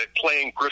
playing